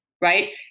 Right